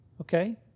Okay